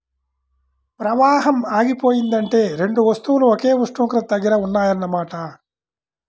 ప్రవాహం ఆగిపోయిందంటే రెండు వస్తువులు ఒకే ఉష్ణోగ్రత దగ్గర ఉన్నాయన్న మాట